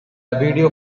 video